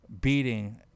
beating